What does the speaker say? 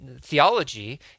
theology